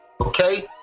okay